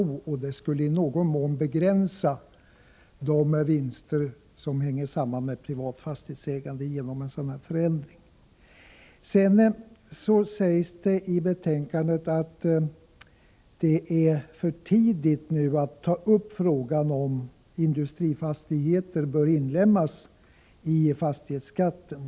En sådan här förändring skulle i någon mån begränsa de vinster som hänger samman med detta privata fastighetsägande. Vidare sägs i betänkandet att det är för tidigt att ta upp frågan om huruvida industrifastigheter bör inlemmas i reglerna när det gäller fastighetsskatten.